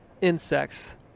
insects